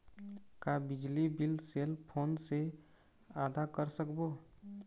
का बिजली bill cell phone से आदा कर सकबो?